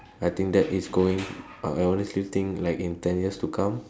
I think that is going I honestly think like in ten years to come